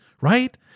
right